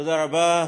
תודה רבה.